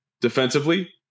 defensively